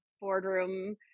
boardroom